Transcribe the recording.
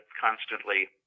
constantly